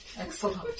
Excellent